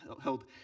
held